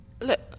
Look